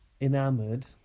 enamoured